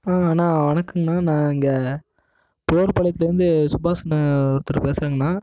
ஆ அண்ணா வணக்கம்ணா நான் இங்கே போர்பாளையத்திலிருந்து சுபாஸ்னு ஒருத்தர் பேசுறங்கண்ணா